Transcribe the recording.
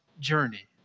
journey